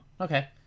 Okay